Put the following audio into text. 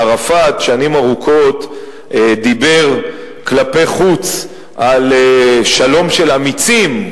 ערפאת שנים ארוכות דיבר כלפי חוץ על שלום של אמיצים,